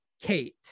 Kate